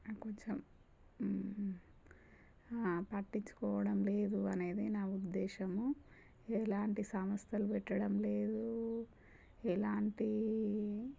కొంచెం పట్టించుకోవడం లేదు అనేది నా ఉద్దేశము ఎలాంటి సంస్థలు పెట్టడం లేదు ఎలాంటి